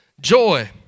joy